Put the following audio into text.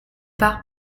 pas